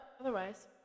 otherwise